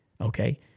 Okay